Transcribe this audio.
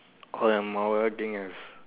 what am I working as